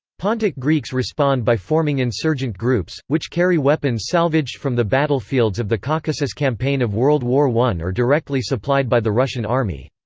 pontic greeks respond by forming insurgent groups, which carry weapons salvaged from the battlefields of the caucasus campaign of world war i or directly supplied by the russian army.